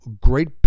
great